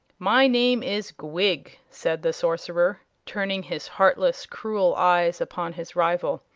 my name is gwig, said the sorcerer, turning his heartless, cruel eyes upon his rival.